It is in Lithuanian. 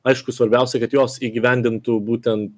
aišku svarbiausia kad jos įgyvendintų būtent